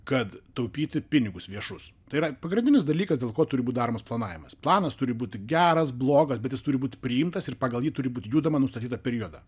kad taupyti pinigus viešus tai yra pagrindinis dalykas dėl ko turi būt daromas planavimas planas turi būti geras blogas bet jis turi būt priimtas ir pagal jį turi būt judama nustatytą periodą